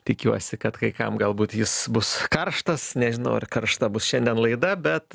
tikiuosi kad kai kam galbūt jis bus karštas nežinau ar karšta bus šiandien laida bet